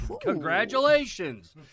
Congratulations